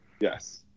Yes